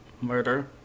murder